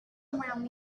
around